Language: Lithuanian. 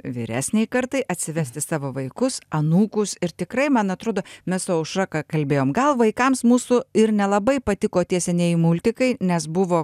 vyresnei kartai atsivesti savo vaikus anūkus ir tikrai man atrodo mes su aušra ką kalbėjom gal vaikams mūsų ir nelabai patiko tie senieji multikai nes buvo